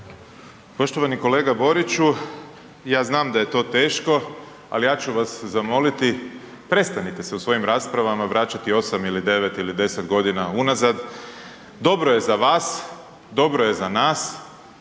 Poštovani kolega Boriću, ja znam da je to teško ali ja ću vas zamoliti, prestanite se u svojim raspravama vraćati 8, 9 ili 10 g. unazad, dobro je za vas, dobro je za nas,